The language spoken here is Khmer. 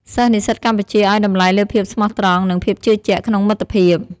សិស្សនិស្សិតកម្ពុជាឲ្យតម្លៃលើភាពស្មោះត្រង់ និងភាពជឿជាក់ក្នុងមិត្តភាព។